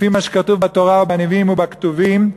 לפי מה שכתוב בתורה ובנביאים ובכתובים,